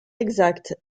exact